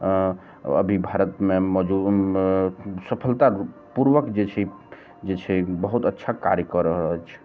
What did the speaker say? अभी भारतमे मजुद सफलता पूर्वक जे छै जे छै बहुत अच्छा कार्य कऽ रहल अछि